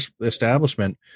establishment